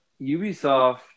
Ubisoft